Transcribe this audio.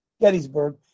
Gettysburg